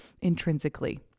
intrinsically